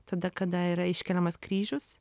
tada kada yra iškeliamas kryžius